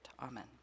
Amen